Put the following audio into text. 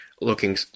looking